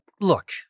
Look